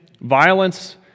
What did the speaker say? violence